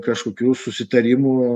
kažkokių susitarimų